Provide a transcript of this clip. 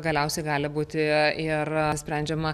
galiausiai gali būti ir sprendžiama